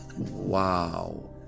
Wow